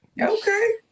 Okay